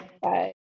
Bye